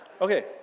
Okay